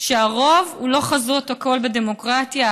שהרוב הוא לא חזות הכול בדמוקרטיה,